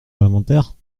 inventaire